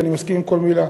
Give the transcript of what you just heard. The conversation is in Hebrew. כי אני מסכים לכל מילה